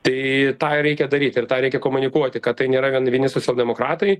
tai tą ir reikia daryti ir tą reikia komunikuoti kad tai nėra vien vieni socialdemokratai